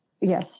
yes